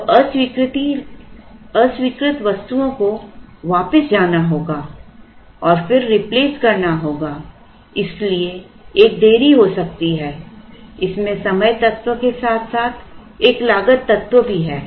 तो अस्वीकृत वस्तुओं को वापस जाना होगा और फिर रिप्लेस करना होगा इसलिए एक देरी हो सकती है इसमें समय तत्व के साथ साथ एक लागत तत्व भी है